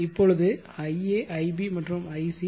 இப்பொழுது ia ib மற்றும் ic